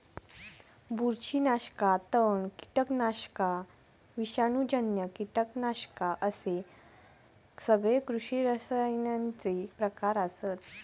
बुरशीनाशका, तण, कीटकनाशका, विषाणूजन्य कीटकनाशका अश्ये सगळे कृषी रसायनांचे प्रकार आसत